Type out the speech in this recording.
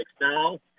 now